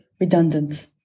redundant